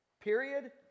period